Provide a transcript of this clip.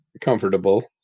comfortable